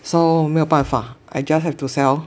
so 我没有办法 I just have to sell